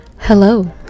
Hello